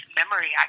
memory